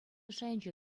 шайӗнче